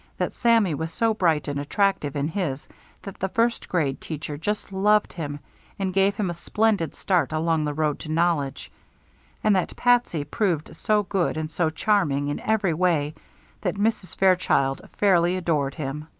that sammy was so bright and attractive in his that the first-grade teacher just loved him and gave him a splendid start along the road to knowledge and that patsy proved so good and so charming in every way that mrs. fairchild fairly adored him.